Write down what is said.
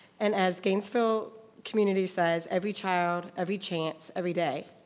and as gainesville community says, every child, every chance, every day.